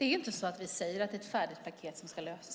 Fru talman! Vi säger inte att det är ett färdigt paket